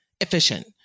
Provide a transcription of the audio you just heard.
efficient